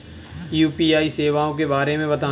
UPI सेवाओं के बारे में बताएँ?